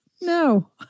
No